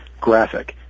graphic